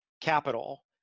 capital